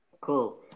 cool